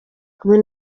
kumi